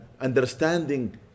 understanding